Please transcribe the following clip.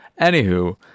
Anywho